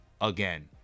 again